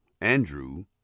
andrew